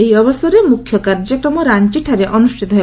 ଏହି ଅବସରରେ ମୁଖ୍ୟ କାର୍ଯ୍ୟକ୍ରମ ରାଞ୍ଚ ଠାରେ ଅନୁଷ୍ଠିତ ହେବ